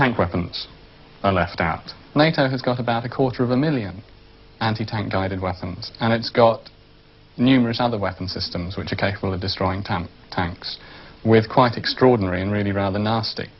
tank weapons are left that nato has got about a quarter of a million anti tank guided weapons and it's got numerous other weapon systems which are capable of destroying time tanks with quite extraordinary and really rather nasty